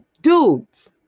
Dudes